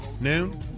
Noon